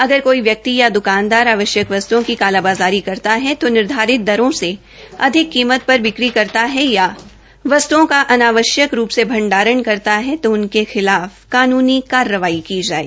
अगर कोई व्यक्ति या द्कानदार आवश्यक वस्त्ओं की कालाबाज़ारी करता है निर्धारित दरों से अधिक कीमत पर बिक्री करता है या वस्तुओं का अनावश्यक से भंडारण करता है तो उनके खिलाफ कानूनी कार्रवाई की जायें